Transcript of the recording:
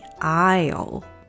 Aisle